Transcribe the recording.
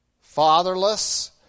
fatherless